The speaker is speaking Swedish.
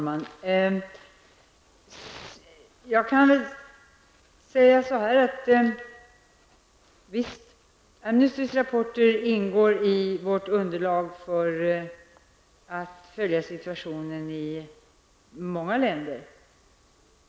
Herr talman! Amnestys rapporter ingår som underlag när vi följer situationen i många länder.